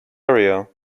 area